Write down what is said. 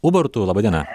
ubartu laba diena